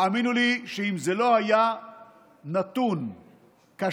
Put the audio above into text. האמינו לי שאם זה לא היה נתון קשיח,